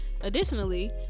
additionally